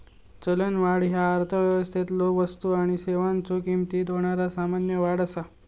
चलनवाढ ह्या अर्थव्यवस्थेतलो वस्तू आणि सेवांच्यो किमतीत होणारा सामान्य वाढ असा